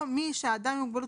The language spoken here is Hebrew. או מי שהאדם עם מוגבלות